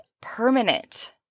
permanent